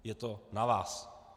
Je to na vás.